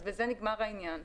אז בזה נגמר העניין.